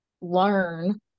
learn